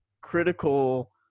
critical